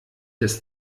des